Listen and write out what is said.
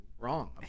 wrong